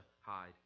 hide